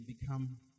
become